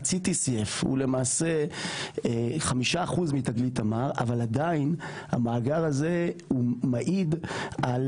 TCF0.5. הוא למעשה 5% מתגלית תמר אבל עדיין המאגר הזה הוא מעיד על